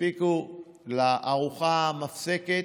שיספיקו לארוחה המפסקת.